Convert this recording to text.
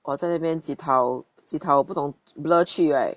oh 在那边纪涛纪涛不懂 blur 去 right